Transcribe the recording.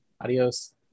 Adios